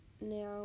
now